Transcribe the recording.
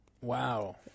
Wow